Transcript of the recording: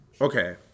Okay